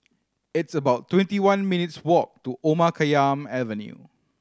it's about twenty one minutes' walk to Omar Khayyam Avenue